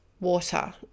water